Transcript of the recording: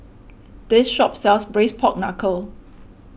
this shop sells Braised Pork Knuckle